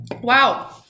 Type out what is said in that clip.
Wow